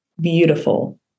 beautiful